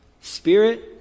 spirit